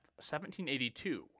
1782